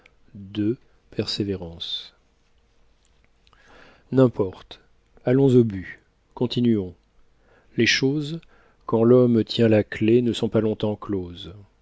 le tonnerre n'importe allons au but continuons les choses quand l'homme tient la clef ne sont pas longtemps closes